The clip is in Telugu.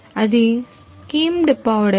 అది స్కిమ్డ్ పౌడర్